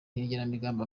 n’igenamigambi